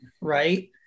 right